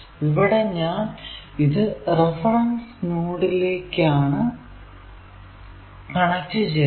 ഇവിടെ ഞാൻ ഇത് റഫറൻസ് നോഡിലേക്കാണ് കണക്ട് ചെയ്തത്